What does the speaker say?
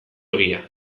egia